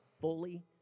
fully